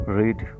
read